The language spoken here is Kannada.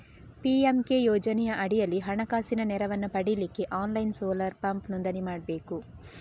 ಪಿ.ಎಂ.ಕೆ ಯೋಜನೆಯ ಅಡಿಯಲ್ಲಿ ಹಣಕಾಸಿನ ನೆರವನ್ನ ಪಡೀಲಿಕ್ಕೆ ಆನ್ಲೈನ್ ಸೋಲಾರ್ ಪಂಪ್ ನೋಂದಣಿ ಮಾಡ್ಬೇಕು